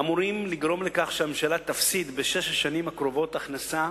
אמורות לגרום לכך שהממשלה תפסיד בשש השנים הקרובות הכנסה